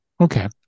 okay